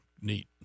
neat